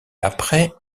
après